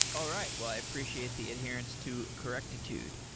all right, well i appreciate the adherence to correctitude.